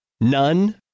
None